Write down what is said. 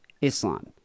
Islam